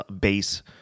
base